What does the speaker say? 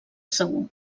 segur